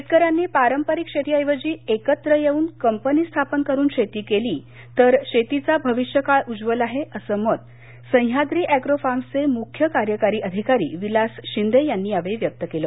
शेतकऱ्यांनी पारंपरिक शेतीऐवजी एकत्र येऊन कंपनी स्थापन करून शेती केली तर भविष्यकाळ उज्वल आहे असं मत सह्याद्री अॅग्रो फार्म्सचे मुख्य कार्यकारी अधिकारी विलास शिंदे यांनी यावेळी व्यक्त केलं